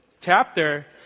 chapter